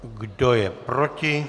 Kdo je proti?